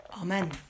Amen